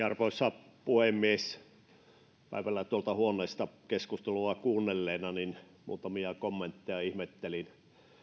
arvoisa puhemies päivällä tuolta huoneesta keskustelua kuunnelleena muutamia kommentteja ihmettelin